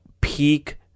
peak